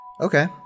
Okay